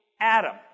Adam